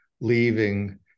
leaving